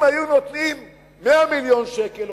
אם היו נותנים 100 מיליון שקל,